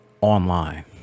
online